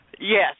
Yes